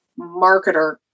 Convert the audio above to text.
marketer